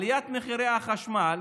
עליית מחירי החשמל